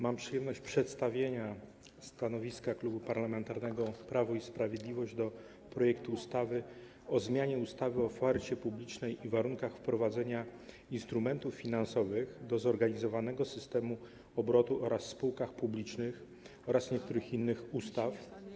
Mam przyjemność przedstawienia stanowiska Klubu Parlamentarnego Prawo i Sprawiedliwość wobec projektu ustawy o zmianie ustawy o ofercie publicznej i warunkach wprowadzania instrumentów finansowych do zorganizowanego systemu obrotu oraz o spółkach publicznych oraz niektórych innych ustaw.